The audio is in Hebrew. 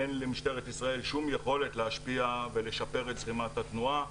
אין למשטרת ישראל שום יכולת להשפיע ולשפר את זרימת התנועה,